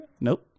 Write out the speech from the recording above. Nope